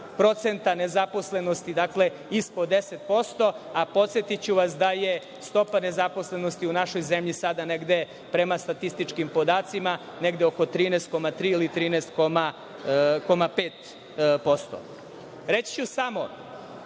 procenta nezaposlenosti, dakle, ispod deset posto. Podsetiću vas, da je stopa nezaposlenosti u našoj zemlji sada negde prema statističkim podacima negde oko 13,3% ili 13,5%.Reći ću samo